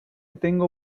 tengo